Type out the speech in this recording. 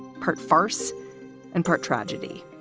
part farce and part tragedy.